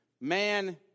Man